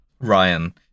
Ryan